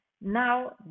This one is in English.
now